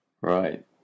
Right